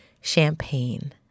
champagne